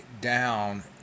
down